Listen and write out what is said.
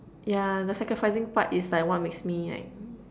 yeah the sacrificing part is like what makes me like